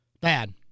Bad